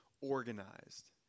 organized